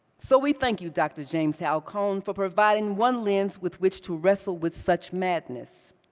so we thank you, dr. james hal cone, for providing one lens with which to wrestle with such madness.